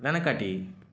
వెనకటి